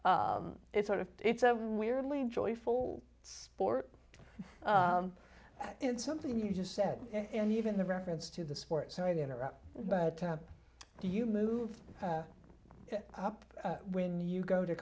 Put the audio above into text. s it's sort of it's a weirdly joyful sport and something you just said and even the reference to the sport sorry to interrupt but do you move up when you go to